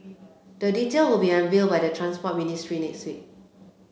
the detail will be unveiled by the Transport Ministry next week